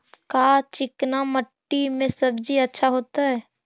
का चिकना मट्टी में सब्जी अच्छा होतै?